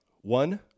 One